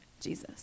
Jesus